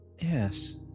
Yes